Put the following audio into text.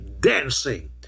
dancing